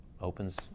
opens